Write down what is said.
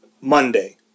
Monday